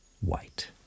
white